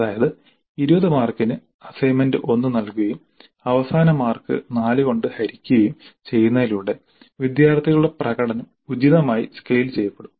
അതായത് 20 മാർക്കിന് അസൈൻമെന്റ് 1 നൽകുകയും അവസാന മാർക്ക് 4 കൊണ്ട് ഹരിക്കുകയും ചെയ്യുന്നതിലൂടെ വിദ്യാർത്ഥികളുടെ പ്രകടനം ഉചിതമായി സ്കെയിൽ ചെയ്യപ്പെടും